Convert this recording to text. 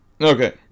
Okay